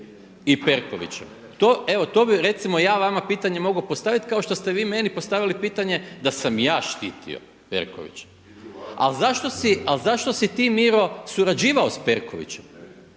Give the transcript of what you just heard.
i Perkovićem? Evo to bi recimo ja vama pitanje mogao postaviti kao što ste vi meni postavili pitanje da sam ja štitio Perkovića. Ali zašto si ti Miro surađivao s Perkovićem?